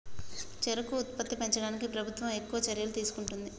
చెరుకు ఉత్పత్తి పెంచడానికి ప్రభుత్వం ఎక్కువ చర్యలు తీసుకుంటుంది